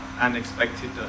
unexpected